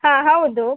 ಹಾಂ ಹೌದು